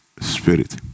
spirit